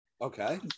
Okay